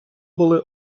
були